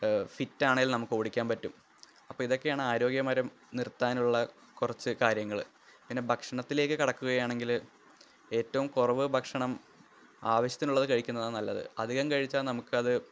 ഫിറ്റാണേൽ നമുക്ക് ഓടിക്കാന് പറ്റും അപ്പോൾ ഇതൊക്കെയാണ് ആരോഗ്യപരം നിര്ത്താനുള്ള കുറച്ച് കാര്യങ്ങൾ പിന്നെ ഭക്ഷണത്തിലേക്ക് കടക്കുകയാണെങ്കിൽ ഏറ്റവും കുറവ് ഭക്ഷണം ആവശ്യത്തിനുള്ളത് കഴിക്കുന്നതാണ് നല്ലത് അധികം കഴിച്ചാല് നമുക്കത്